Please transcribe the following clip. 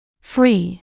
Free